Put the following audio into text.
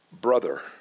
brother